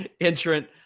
entrant